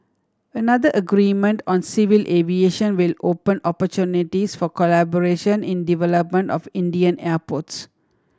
another agreement on civil aviation will open opportunities for collaboration in development of Indian airports